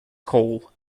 call